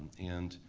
and